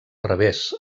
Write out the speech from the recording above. revés